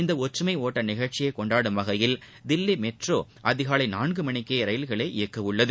இந்த ஒற்றுமை ஒட்ட நிகழ்ச்சியை கொண்டாடும் வகையில் தில்லி மெட்ரோ அதிகாலை நான்கு மணிக்கே ரயில்களை இயக்க உள்ளது